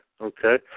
okay